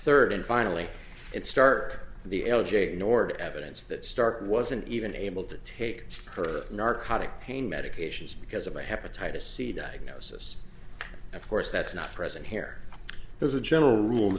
third and finally it's stark the l g ignored evidence that stark wasn't even able to take her narcotic pain medications because of a hepatitis c diagnosis of course that's not present here there's a general rule